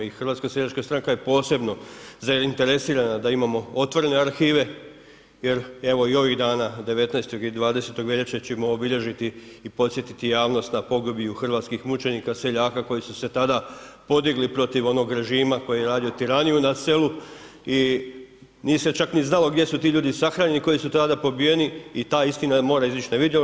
I HSS je posebno zainteresirana da imamo otvorene arhive jer evo i ovih dana 19. i 20. veljače ćemo obilježiti i podsjetiti javnost na pogibiju hrvatskih mučenika, seljaka koji su se tada podigli protiv onog režima koji je radio tiraniju na selu i nije se čak ni znalo gdje su ti ljudi sahranjeni koji su tada pobijeni i ta istina mora izić na vidjelo.